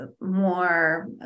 more